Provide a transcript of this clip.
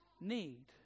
need